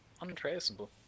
Untraceable